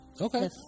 Okay